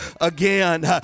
again